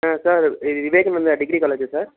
sir ఇది Vivekananda degree college ఆ sir